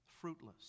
fruitless